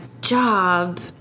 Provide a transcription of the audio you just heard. job